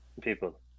people